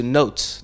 notes